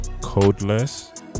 Codeless